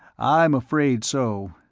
i'm afraid so.